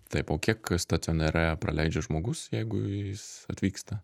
taip o kiek stacionare praleidžia žmogus jeigu jis atvyksta